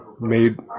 made